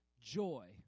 joy